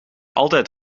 altijd